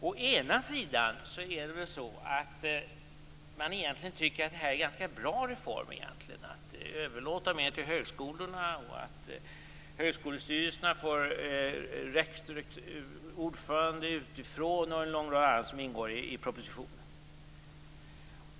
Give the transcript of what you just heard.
Å ena sidan tycker man att det här egentligen är ganska bra reformer - att överlåta mer till högskolorna, att högskolestyrelserna får rekrytera ordförande utifrån och en lång rad annat som ingår i propositionen.